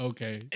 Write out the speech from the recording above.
Okay